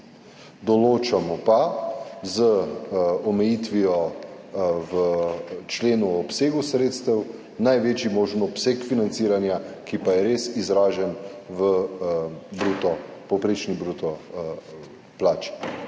Določamo pa z omejitvijo v členu o obsegu sredstev največji možen obseg financiranja, ki pa je res izražen v povprečni bruto plači.